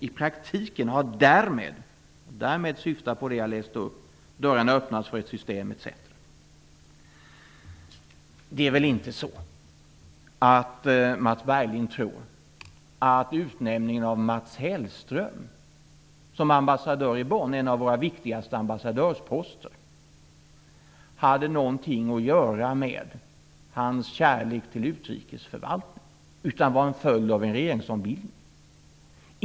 - I praktiken har därmed" - ́därmed ́ syftar på det jag nyss läste upp - "dörrarna öppnats för ett system" osv. Det är väl inte så att Mats Berglind tror att utnämningen av Mats Hellström till ambassadör i Bonn, en av våra viktigaste ambassadörsposter, hade någonting att göra med att han hyser kärlek till utrikesförvaltningen? Det var en följd av en regeringsombildning.